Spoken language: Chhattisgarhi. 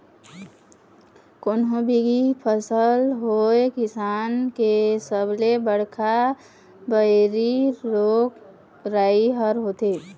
कोनो भी फसल होवय किसान मन के सबले बड़का बइरी रोग राई ह होथे